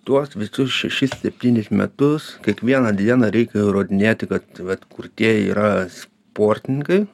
tuos visus šešis septynis metus kiekvieną dieną reikia įrodinėti kad vat kurtieji yra sportininkai